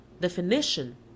definition